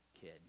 kid